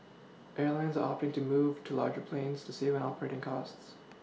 Airlines are opting to move to larger planes to save an operating costs